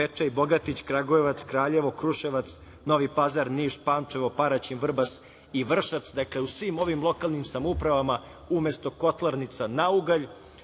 Bečej, Bogatić, Kragujevac, Kraljevo, Kruševac, Novi Pazar, Niš, Pančevo, Paraćin, Vrbas i Vršac. Dakle, u svim ovim lokalnim samoupravama umesto kotlarnica na ugalj